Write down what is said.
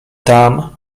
tam